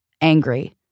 angry